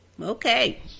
Okay